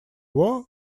war